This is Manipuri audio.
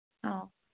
ꯑꯧ